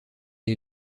est